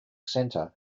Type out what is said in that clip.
center